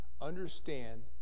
Understand